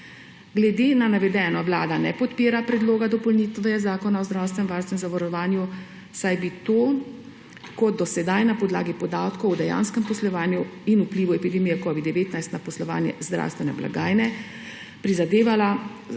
Glede na navedeno Vlada ne podpira predloga dopolnitve Zakona o zdravstvenem varstvu in zdravstvenem zavarovanju. Kot do sedaj na podlagi podatkov o dejanskem poslovanju in vplivu epidemije covida-19 na poslovanje zdravstvene blagajne si bo Vlada